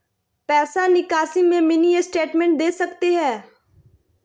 पैसा निकासी में मिनी स्टेटमेंट दे सकते हैं?